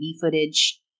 footage